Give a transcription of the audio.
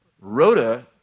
Rhoda